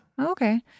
Okay